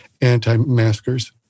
anti-maskers